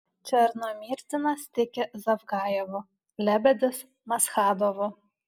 černomyrdinas tiki zavgajevu lebedis maschadovu